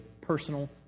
personal